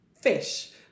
fish